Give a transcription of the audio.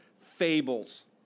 fables